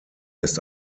ist